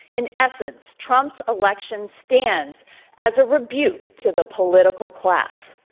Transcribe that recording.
in essence, trump's election stands as a rebuke to the political class.